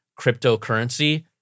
cryptocurrency